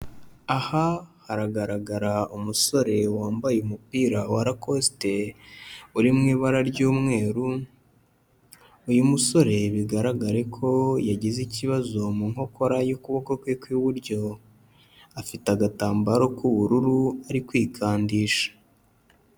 Aha haragaragara umusore wambaye umupira wa rakosite, uri mu ibara ry'umweru, uyu musore bigaragare ko yagize ikibazo mu nkokora y'ukuboko kwe kw'iburyo, afite agatambaro k'ubururu ari kwigandisha.